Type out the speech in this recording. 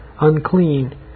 unclean